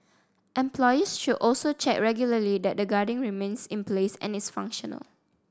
employers should also check regularly that the guarding remains in place and is functional